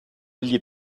egli